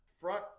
front